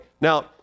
Now